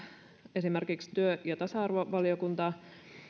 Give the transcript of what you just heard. esimerkiksi työ ja tasa arvovaliokunta